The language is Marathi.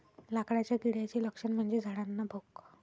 लाकडाच्या किड्याचे लक्षण म्हणजे झाडांना भोक